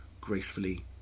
gracefully